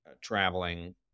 traveling